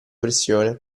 pressione